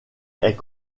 est